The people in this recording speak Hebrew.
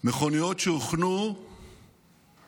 מכוניות שהוחנו שם